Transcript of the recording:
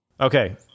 Okay